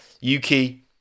Yuki